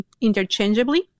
interchangeably